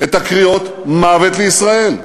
את הקריאות "מוות לישראל".